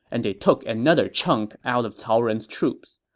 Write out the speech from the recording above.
and they took another chunk out of cao ren's troops.